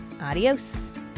Adios